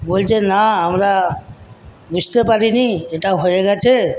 বলছে না আমরা বুঝতে পারিনি এটা হয়ে গেছে